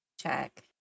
check